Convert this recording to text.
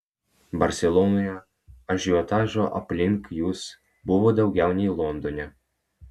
barselonoje ažiotažo aplink jus buvo daugiau nei londone